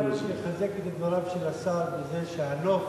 אני רוצה רק לחזק את דבריו של השר בזה שהנוף